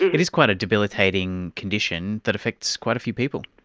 it is quite a debilitating condition that affects quite a few people.